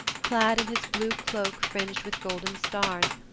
clad in his blue cloak fringed with golden stars,